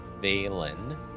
Valen